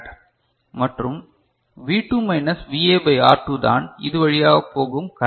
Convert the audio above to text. மற்றும் V2 minus VA by R2 தான் இது வழியாக போகும் கரண்ட்